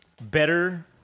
Better